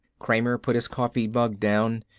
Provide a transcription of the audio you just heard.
kramer put his coffee mug down.